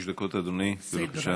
חמש דקות, אדוני, בבקשה.